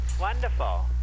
Wonderful